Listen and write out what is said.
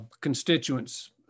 constituents